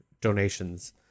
donations